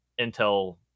Intel